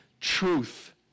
truth